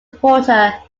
reporter